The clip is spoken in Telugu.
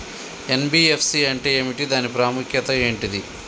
ఎన్.బి.ఎఫ్.సి అంటే ఏమిటి దాని ప్రాముఖ్యత ఏంటిది?